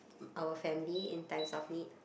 our family in times of need